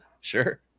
Sure